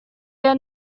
are